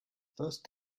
first